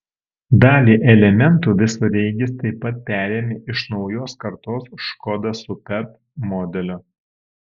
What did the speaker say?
dalį elementų visureigis taip pat perėmė iš naujos kartos škoda superb modelio